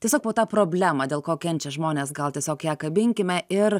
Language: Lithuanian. tiesiog po tą problemą dėl ko kenčia žmonės gal tiesiog ją kabinkime ir